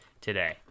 today